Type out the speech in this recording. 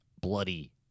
bloody